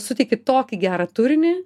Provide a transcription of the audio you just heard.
suteiki tokį gerą turinį